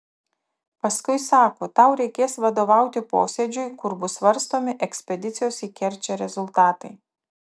paskui sako tau reikės vadovauti posėdžiui kur bus svarstomi ekspedicijos į kerčę rezultatai